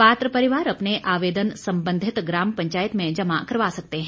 पात्र परिवार अपने आवेदन संबंधित ग्राम पंचायत में जमा करवा सकते हैं